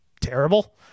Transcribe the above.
terrible